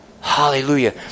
Hallelujah